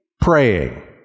praying